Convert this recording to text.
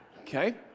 Okay